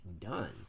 done